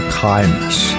kindness